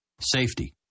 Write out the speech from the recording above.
Safety